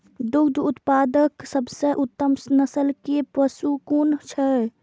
दुग्ध उत्पादक सबसे उत्तम नस्ल के पशु कुन छै?